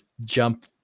jump